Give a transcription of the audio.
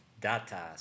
data